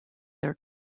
their